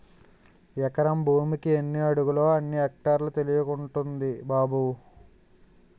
ఎకరం భూమికి ఎన్ని అడుగులో, ఎన్ని ఎక్టార్లో తెలియకుంటంది బాబూ